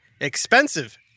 Expensive